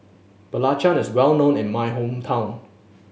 belacan is well known in my hometown